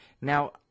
Now